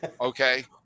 Okay